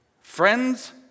friends